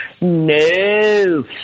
No